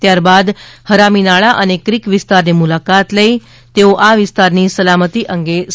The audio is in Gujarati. ત્યારબાદ હરામીનાળા અને ક્રિક વિસ્તારની મુલાકાત લઇ તેઓ આ વિસ્તારની સલામતિ અંગે સમીક્ષા કરશે